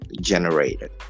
generated